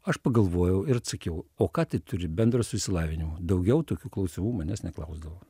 aš pagalvojau ir atsakiau o ką tai turi bendro su išsilavinimu daugiau tokių klausimų manęs neklausdavo